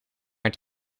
het